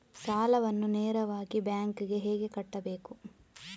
ಸಾಲವನ್ನು ನೇರವಾಗಿ ಬ್ಯಾಂಕ್ ಗೆ ಹೇಗೆ ಕಟ್ಟಬೇಕು?